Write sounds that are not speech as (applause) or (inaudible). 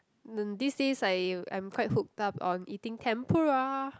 (noise) these days I I'm quite hooked up on eating tempura